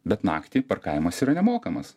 bet naktį parkavimas yra nemokamas